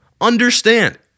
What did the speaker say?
Understand